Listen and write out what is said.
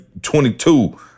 22